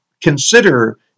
consider